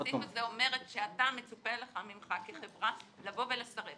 הסעיף הזה אומר שאתה מצפה ממך כחברה לבוא ולסרב.